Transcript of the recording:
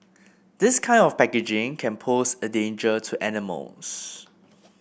this kind of packaging can pose a danger to animals